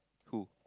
who